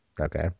Okay